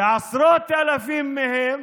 ועשרות אלפים מהם,